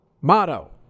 Motto